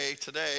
today